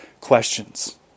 questions